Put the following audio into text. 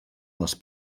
les